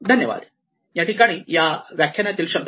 धन्यवाद